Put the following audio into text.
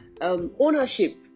ownership